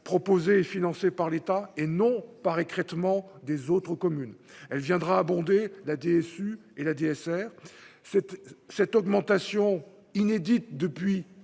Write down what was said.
proposés, financé par l'État et non par écrêtement des autres communes, elle viendra abonder la DSU et la DSR, cette, cette augmentation inédite depuis